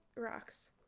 rocks